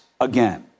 again